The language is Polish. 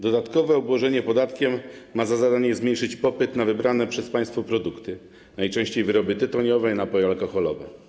Dodatkowe obłożenie podatkiem ma za zadanie zmniejszyć popyt na wybrane przez państwo produkty, najczęściej wyroby tytoniowe i napoje alkoholowe.